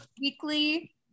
Weekly